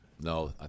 No